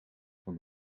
van